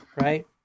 Right